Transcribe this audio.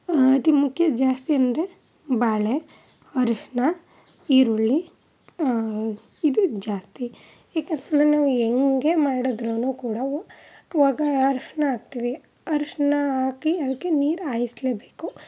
ಅತಿ ಮುಖ್ಯ ಜಾಸ್ತಿ ಅಂದರೆ ಬಾಳೆ ಅರ್ಶಿಣ ಈರುಳ್ಳಿ ಇದು ಜಾಸ್ತಿ ಯಾಕಂತಂದರೆ ನಾವು ಹೆಂಗೇ ಮಾಡುದ್ರೂ ಕೂಡ ಅವು ಒಗ ಅರ್ಶಿಣ ಹಾಕ್ತಿವಿ ಅರ್ಶಿಣ ಹಾಕಿ ಅದಕ್ಕೆ ನೀರು ಹಾಯಿಸ್ಲೆಬೇಕು